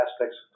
aspects